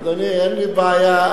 אדוני, אין לי בעיה.